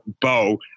bo